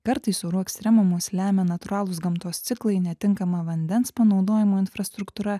kartais orų ekstremumus lemia natūralūs gamtos ciklai netinkama vandens panaudojimo infrastruktūra